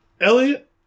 Elliot